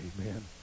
Amen